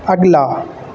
اگلا